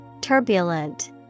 Turbulent